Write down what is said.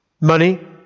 Money